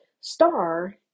Star